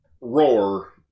roar